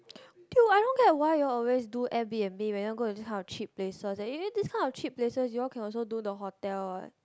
dude I don't get why you all always do air-b_n_b when you all go all this kind of cheap places that you this kind of cheap places also can do the hotel [what]